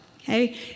Okay